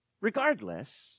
Regardless